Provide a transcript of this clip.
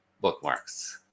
Bookmarks